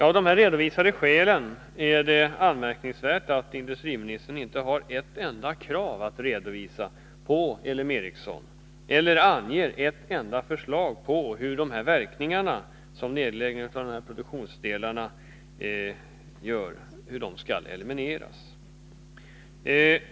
Av de här redovisade skälen är det anmärkningsvärt att industriministern inte ställer ett enda krav på L M Ericsson eller anger ett enda förslag på hur de verkningar som nedläggningar av produktionsdelar medför skall elimineras.